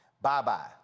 Bye-bye